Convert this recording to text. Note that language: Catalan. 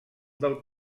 del